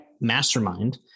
mastermind